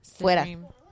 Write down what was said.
Fuera